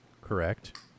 Correct